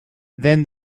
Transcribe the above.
then